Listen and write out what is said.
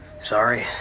Sorry